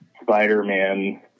Spider-Man